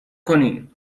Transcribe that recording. کنین